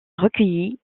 recueilli